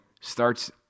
starts